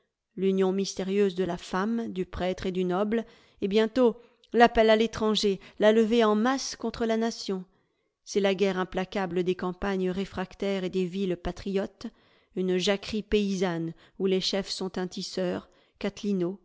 l'union mystérieuse de la femme du prêtre et du noble et bientôt l'appel à l'étranger la levée en masse contre la nation c'est la guerre implacable des campagnes réfractaires et des villes patriotes une jacquerie paysanne où les chefs sont un tisseur